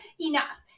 Enough